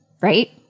right